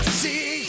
see